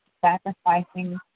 Sacrificing